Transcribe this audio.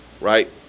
right